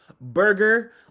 burger